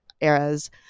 Eras